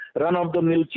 run-of-the-mill